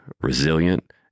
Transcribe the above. resilient